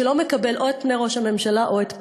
שלא מקבל או פני ראש הממשלה או את פני.